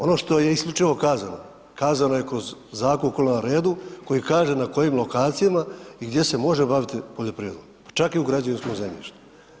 Ono što je isključivo kazano, kazano je kroz Zakon o …/nerazumljivo/… koji kaže na kojim lokacijama i gdje se može baviti poljoprivredom čak i u građevinskom zemljištu.